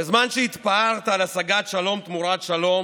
בזמן שהתפארת על השגת שלום תמורת שלום,